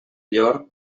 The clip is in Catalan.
llor